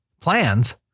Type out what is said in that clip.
Plans